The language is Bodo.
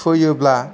सुहोयोब्ला